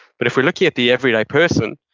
but if we're looking at the everyday person,